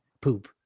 poop